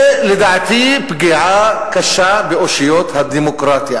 זה לדעתי פגיעה קשה באושיות הדמוקרטיה.